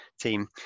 team